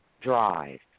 Drive